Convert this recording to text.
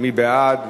מי בעד?